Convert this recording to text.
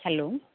hello